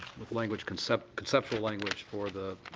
with language, conceptual conceptual language for the